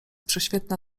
prześwietna